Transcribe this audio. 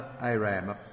Aram